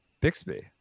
Bixby